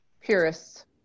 Purists